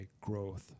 growth